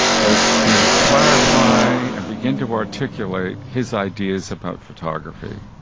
was to clarify and begin to articulate his ideas about photography.